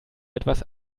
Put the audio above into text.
etwas